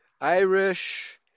Irish